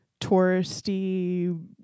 touristy